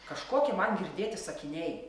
kažkoki man girdėti sakiniai